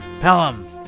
Pelham